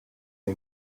the